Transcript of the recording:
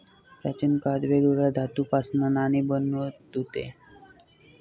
प्राचीन काळात वेगवेगळ्या धातूंपासना नाणी बनवत हुते